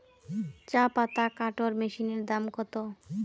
চাপাতা কাটর মেশিনের দাম কত?